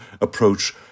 approach